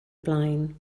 blaen